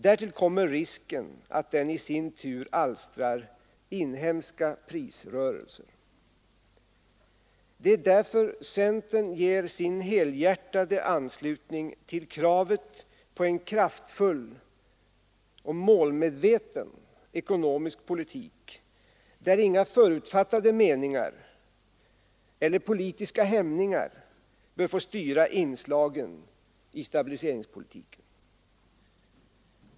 Därtill kommer risken att den i sin tur alstrar inhemska prisrörelser. Det är därför centern ger sin helhjärtade anslutning till kravet på en kraftfull och målmedveten ekonomisk politik, där inga förutfattade meningar eller politiska hämningar bör få styra inslagen i stabiliseringspolitiken.